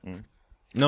no